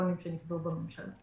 לקריטריונים שנקבעו בממשלה.